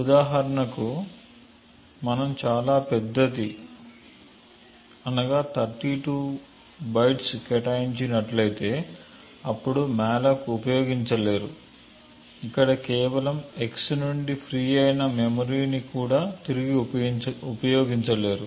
ఉదాహరణకు మనం చాలా పెద్దది 32 బైట్స్ కేటాయించినట్లయితే అప్పుడు మాలోక్ ఉపయోగించలేరు ఇక్కడ కేవలం x నుండి ఫ్రీ అయిన మెమొరీని కూడా తిరిగి ఉపయోగించలేరు